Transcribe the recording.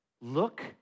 Look